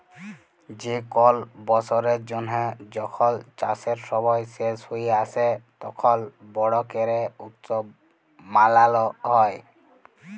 যে কল বসরের জ্যানহে যখল চাষের সময় শেষ হঁয়ে আসে, তখল বড় ক্যরে উৎসব মালাল হ্যয়